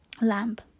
LAMP